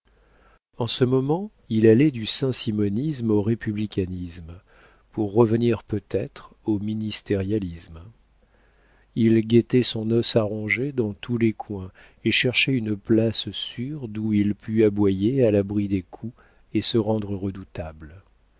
en ce moment il allait du saint simonisme au républicanisme pour revenir peut-être au ministérialisme il guettait son os à ronger dans tous les coins et cherchait une place sûre d'où il pût aboyer à l'abri des coups et se rendre redoutable